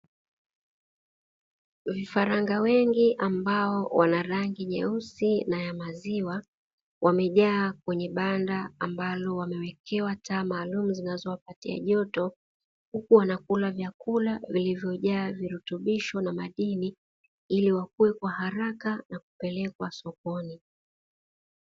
Vifaranga wengi ambao wana rangi nyeusi na ya maziwa wamejaa kwenye banda ambalo wamewekewa taa maalumu, zinazowapatia joto huku wanakula vyakula vilivyojaa virutubisho na madini ili wakue kwa haraka na kupelkwa sokoni.